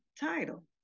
title